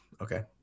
okay